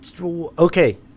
Okay